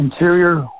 interior